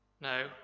No